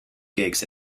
gigs